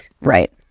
right